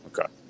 okay